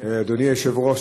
אדוני היושב-ראש,